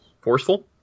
Forceful